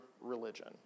religion